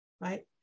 right